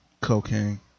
cocaine